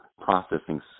processing